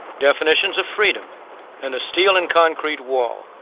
definitions of freedom and a steel and concrete wall.